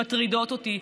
שמטרידות אותי,